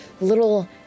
little